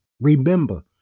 remember